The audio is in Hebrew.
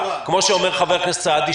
כמו שאומר חבר הכנסת סעדי,